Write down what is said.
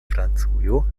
francujo